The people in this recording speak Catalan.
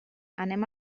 anem